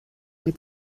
mit